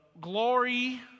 glory